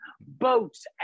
boats